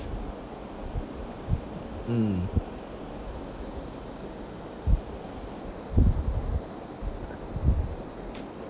mm